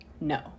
no